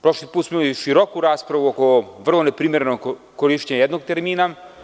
Prošli put smo imali široku raspravu oko vrlo neprimerenog korišćenja jednog termina.